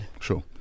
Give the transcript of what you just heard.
Sure